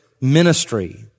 ministry